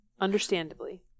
Understandably